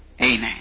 Amen